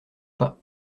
pas